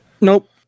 Nope